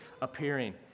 appearing